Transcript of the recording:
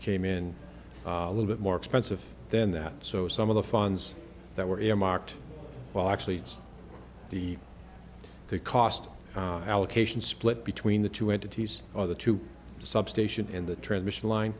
came in a little bit more expensive than that so some of the funds that were earmarked well actually the cost allocation split between the two entities or the two substation in the transmission line